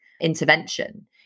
intervention